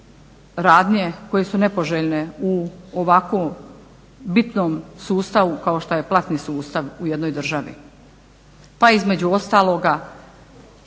radnje koje su nepoželjne u ovako bitnom sustavu kao što je platni sustav u jednoj državi pa između ostaloga